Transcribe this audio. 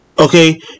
okay